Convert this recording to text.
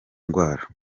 ndwara